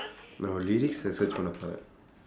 நான்:naan lyricsae search பண்ண போறேன்:panna pooreen